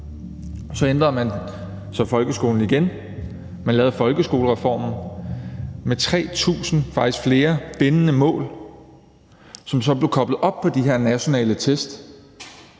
Så ændrede man folkeskolen igen. Man lavede folkeskolereformen med 3.000 – faktisk flere – bindende mål, som så blev koblet op på de nationale test,